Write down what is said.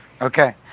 okay